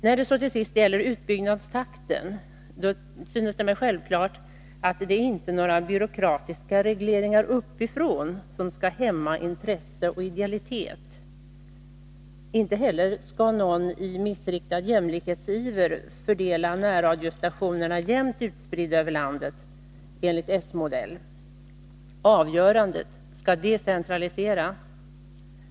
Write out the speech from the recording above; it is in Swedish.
När det till sist gäller utbyggnadstakten synes det mig självklart att det inte är några byråkratiska regleringar uppifrån som skall hämma intresse och idealitet. Inte heller skall någon i missriktad jämlikhetsiver medverka till att närradiostationerna blir jämnt utspridda över landet enligt socialdemokratisk modell. Avgörandet skall decentraliseras.